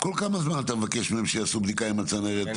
כל כמה זמן אתה מבקש מהם לעשות בדיקה של הצנרת?